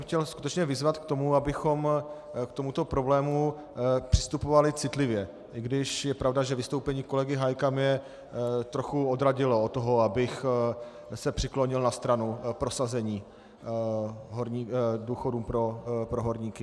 Chtěl jsem skutečně vyzvat k tomu, abychom k tomuto problému přistupovali citlivě, i když je pravda, že vystoupení kolegy Hájka mě trochu odradilo od toho, abych se přiklonil na stranu prosazení důchodů pro horníky.